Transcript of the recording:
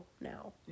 now